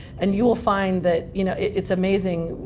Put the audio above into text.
and you will find that you know it's amazing.